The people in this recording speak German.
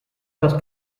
fast